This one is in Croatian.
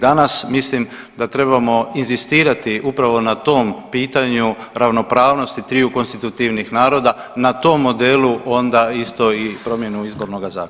Danas mislim da trebamo inzistirati upravo na tom pitanju ravnopravnosti triju konstitutivnih naroda, na tom modelu onda isto i promjenu izbornoga zakona.